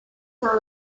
for